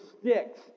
sticks